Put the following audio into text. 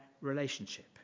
relationship